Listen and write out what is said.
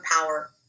power